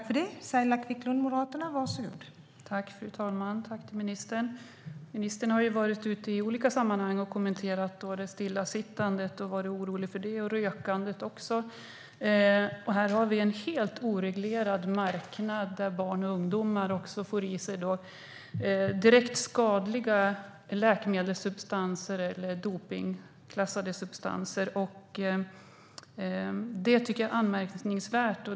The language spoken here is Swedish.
Fru talman! Ministern! Ministern har varit ute i olika sammanhang och kommenterat och varit orolig för stillasittandet och rökandet. Här har vi en helt oreglerad marknad där barn och ungdomar får i sig direkt skadliga läkemedelssubstanser eller dopningsklassade substanser. Det tycker jag är anmärkningsvärt.